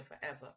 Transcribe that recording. forever